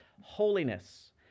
holiness